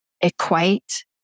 equate